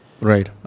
Right